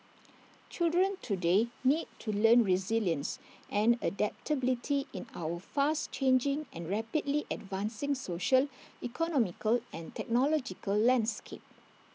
children today need to learn resilience and adaptability in our fast changing and rapidly advancing social economical and technological landscape